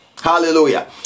Hallelujah